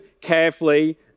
carefully